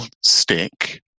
stick